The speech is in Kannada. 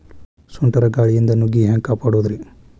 ಸುಂಟರ್ ಗಾಳಿಯಿಂದ ನುಗ್ಗಿ ಹ್ಯಾಂಗ ಕಾಪಡೊದ್ರೇ?